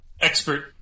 expert